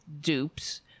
dupes